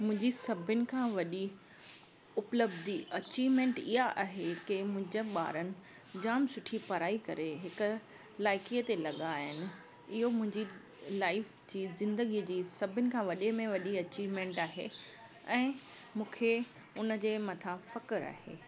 मुंहिंजी सभिनि खां वॾी उपलब्धी अचीवमेंट इआ आहे के मुंहिंजा ॿारनि जाम सुठी पढ़ाइ करे हिकु लाइक़ी ते लॻा आहिनि इहो मुंहिंजी लाइफ जी जिंदगीअ जी सभिनि खां वॾे में वॾी अचीवमेंट आहे ऐं मूंखे उनजे मथां फ़कुरु आहे